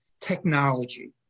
technology